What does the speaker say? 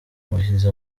muhizi